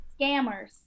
Scammers